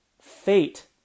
fate